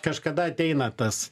kažkada ateina tas